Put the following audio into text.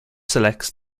selects